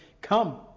come